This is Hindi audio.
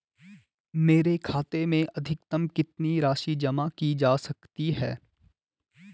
मेरे खाते में अधिकतम कितनी राशि जमा की जा सकती है?